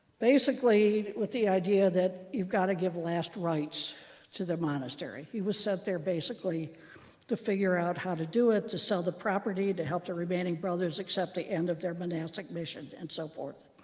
basically, with the idea that you've got to give last rites to the monastery. he was sent there basically to figure out how to do it, to sell the property, to help the remaining brothers accept the end of their monastic mission, and so forth.